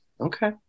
Okay